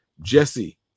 Jesse